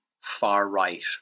far-right